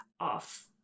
off